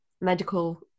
medical